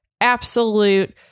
absolute